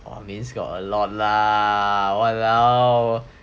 means got a lot lah